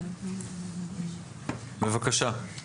בבקשה.